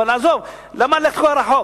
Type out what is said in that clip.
אבל עזוב, למה ללכת רחוק?